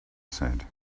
said